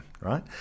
right